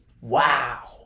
wow